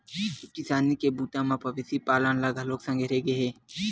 किसानी के बूता म मवेशी पालन ल घलोक संघेरे गे हे